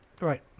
Right